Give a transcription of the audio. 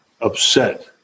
upset